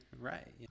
Right